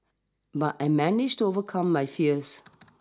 but I managed to overcome my fears